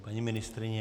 Paní ministryně?